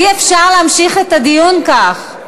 אי-אפשר להמשיך את הדיון כך.